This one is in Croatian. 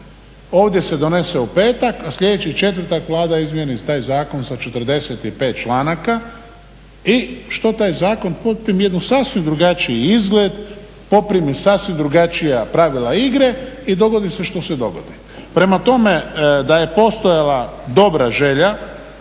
ovdje se donese u petak a sljedeći četvrtak Vlada izmijeni taj zakon sa 45 članaka i što taj zakon poprimi jedan sasvim drugačiji izgled, poprimi sasvim drugačija pravila igre i dogodi se što se dogodi. Prema tome, da je postojala dobra želja,